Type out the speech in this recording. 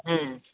उम्